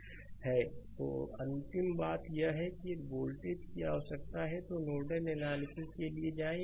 slide समय देखें 1937 तो अंतिम बात यह है कि यदि वोल्टेज की आवश्यकता है तो नोडल एनालिसिस के लिए जाएं